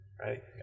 right